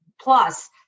plus